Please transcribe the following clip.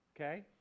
Okay